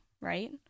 right